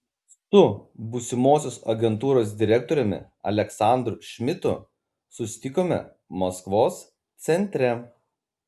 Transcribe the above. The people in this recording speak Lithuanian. su būsimosios agentūros direktoriumi aleksandru šmidtu susitikome maskvos centre